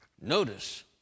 Notice